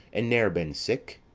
and ne'er been sick.